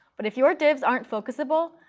but if your divs aren't focusable,